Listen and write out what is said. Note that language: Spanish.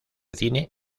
cine